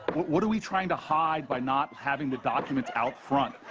what are we trying to hide by not having the documents out front?